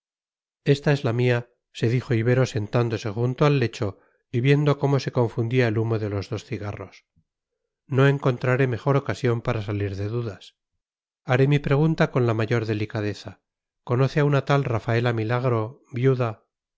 esta es la mía se dijo ibero sentándose junto al lecho y viendo cómo se confundía el humo de los dos cigarros no encontraré mejor ocasión para salir de dudas haré mi pregunta con la mayor delicadeza conoce a una tal rafaela milagro viuda